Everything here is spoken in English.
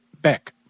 Beck